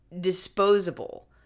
disposable